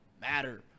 matter